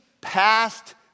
past